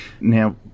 Now